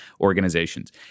organizations